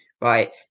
right